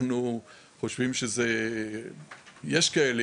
יש כאלה,